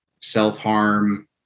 self-harm